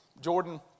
Jordan